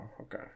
okay